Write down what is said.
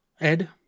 Ed